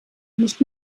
nicht